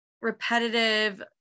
repetitive